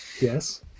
yes